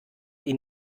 ihn